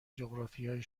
جغرافیای